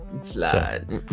Slide